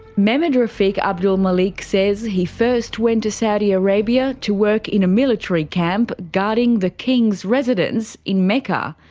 memedrafeek abdulmaleek says he first went to saudi arabia to work in a military camp guarding the king's residence in mecca.